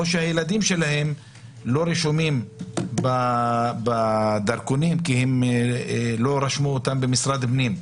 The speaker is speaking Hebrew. או שהילדים שלהם לא רשומים בדרכונים כי הם לא רשמו אותם במשרד הפנים.